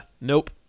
nope